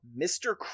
Mr